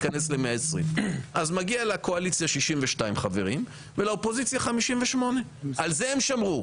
אז מגיע לקואליציה 62 חברים ולאופוזיציה 58. על זה הם שמרו.